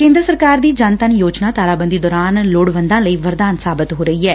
ਕੇਦਰ ਸਰਕਾਰ ਦੀ ਜਨ ਧਨ ਯੋਜਨਾ ਤਾਲਾਬੰਦੀ ਦੌਰਾਨ ਲੋੜਵੰਦਾ ਲਈ ਵਰਦਾਨ ਸਾਬਿਤ ਹੋ ਰਹੀ ਐ